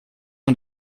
man